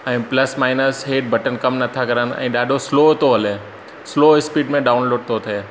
ऐं plus minus इहे button कमु नथा करनि ऐं ॾाढो स्लो थो हले स्लो स्पीड में डाउनलोड थो थिए